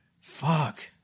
Fuck